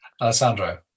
Alessandro